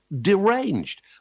deranged